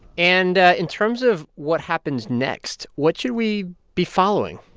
and in terms of what happens next, what should we be following?